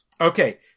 Okay